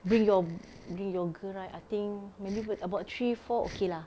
bring your bring your girl right I think maybe bel~ about three four okay lah